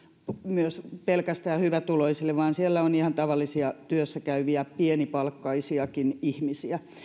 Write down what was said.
pelkästään hyvätuloisille vaan siellä on ihan tavallisia työssä käyviä pienipalkkaisiakin ihmisiä